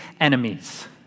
enemies